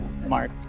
Mark